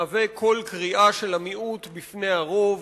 מהווה קריאה של המיעוט בפני הרוב,